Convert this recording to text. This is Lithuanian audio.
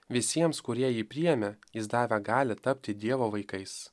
visiems kurie jį priėmė jis davė galią tapti dievo vaikais